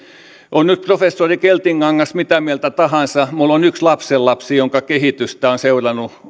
on nyt professori keltikangas mitä mieltä tahansa että minulla on yksi lapsenlapsi jonka kehitystä olen seurannut